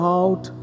out